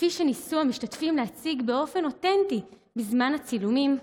כפי שניסו המשתתפים להציג באופן אותנטי בזמן הצילומים,